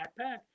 backpack